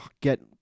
get